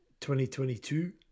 2022